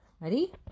Ready